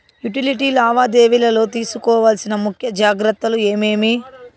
Utility లావాదేవీల లో తీసుకోవాల్సిన ముఖ్య జాగ్రత్తలు ఏమేమి?